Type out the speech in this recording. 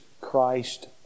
Christ